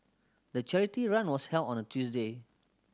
the charity run was held on a Tuesday